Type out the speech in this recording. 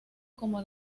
como